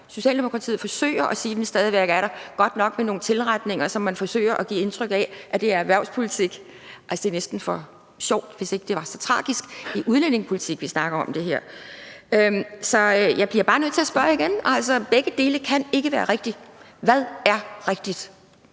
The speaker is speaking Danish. Socialdemokratiet forsøger at sige, at den stadig væk er der – godt nok med nogle tilretninger, som man forsøger at give indtryk af at være erhvervspolitik. Det er næsten for sjovt, hvis ikke det var så tragisk. Det er udlændingepolitik, vi snakker om her. Så jeg bliver bare nødt til at spørge igen, for begge dele kan ikke være rigtigt: Hvad er rigtigt?